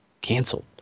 canceled